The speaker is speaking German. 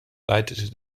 leitete